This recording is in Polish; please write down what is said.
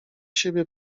siebie